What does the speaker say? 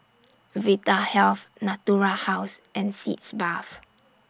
Vitahealth Natura House and Sitz Bath